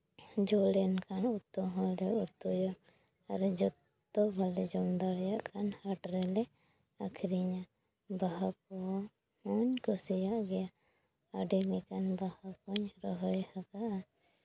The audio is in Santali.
ᱡᱚ ᱞᱮᱱᱠᱷᱟᱱ ᱩᱛᱩ ᱦᱚᱸᱞᱮ ᱩᱛᱩᱭᱟ ᱟᱨ ᱡᱚᱛᱚ ᱵᱟᱞᱮ ᱡᱚᱢ ᱫᱟᱲᱮᱟᱜ ᱠᱷᱟᱱ ᱦᱟᱴ ᱨᱮᱞᱮ ᱟᱹᱠᱷᱨᱤᱧᱟ ᱵᱟᱦᱟ ᱠᱚᱦᱚᱸᱧ ᱠᱩᱥᱤᱭᱟᱜ ᱜᱮᱭᱟ ᱟᱹᱰᱤ ᱞᱮᱠᱟᱱ ᱵᱟᱦᱟ ᱠᱩᱧ ᱨᱚᱦᱚᱭᱟᱠᱟᱜᱼᱟ